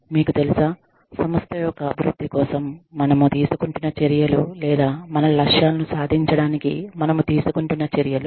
మీకు తెలుసా సంస్థ యొక్క అభివృద్ధి కోసం మనము తీసుకుంటున్న చర్యలు లేదా మన లక్ష్యాలను సాధించడానికి మనము తీసుకుంటున్న చర్యలు